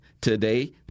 today